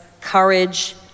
courage